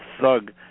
thug